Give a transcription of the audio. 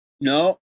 no